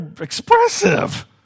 expressive